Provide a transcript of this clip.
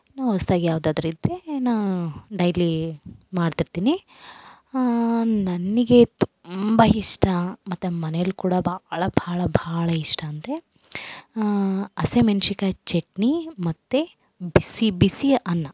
ಇನ್ನೂ ಹೊಸದಾಗಿ ಯಾವುದಾದ್ರ್ ಇದ್ರೆ ನಾ ಡೈಲಿ ಮಾಡ್ತಿರ್ತಿನಿ ನನಗೆ ತುಂಬ ಇಷ್ಟ ಮತ್ತು ಮನೇಲಿ ಕೂಡ ಭಾಳ ಭಾಳ ಭಾಳ ಇಷ್ಟ ಅಂದರೆ ಹಸಿಮೆಣ್ಶಿನ್ಕಾಯ್ ಚಟ್ನಿ ಮತ್ತು ಬಿಸಿ ಬಿಸಿ ಅನ್ನ